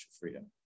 freedom